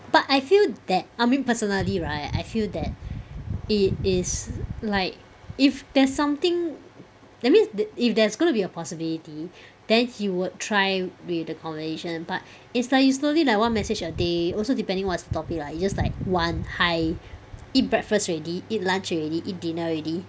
but I feel that I mean personally right I feel that it is like if there's something that means that if there's gonna be a possibility then he would try with the conversation but it's like you slowly like one message a day also depending on what's the topic lah you just like one hi eat breakfast already eat lunch already eat dinner already